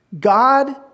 God